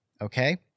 Okay